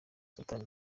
satani